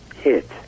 hit